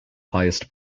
highest